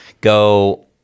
go